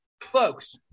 Folks